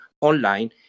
online